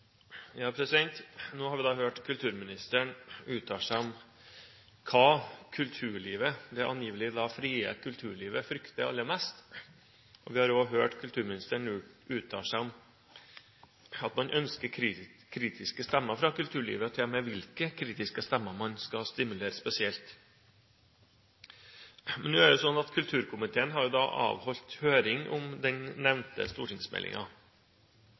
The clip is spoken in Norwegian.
Nå har vi hørt kulturministeren uttale seg om hva kulturlivet, det angivelig frie kulturlivet, frykter aller mest, og vi har også hørt kulturministeren uttale seg om at man ønsker kritiske stemmer fra kulturlivet – til og med hvilke kritiske stemmer man skal stimulere spesielt. Nå er det sånn at kulturkomiteen har avholdt høring om den nevnte